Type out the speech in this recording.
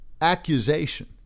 accusation